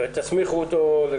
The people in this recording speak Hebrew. ואתם תסמיכו אותו.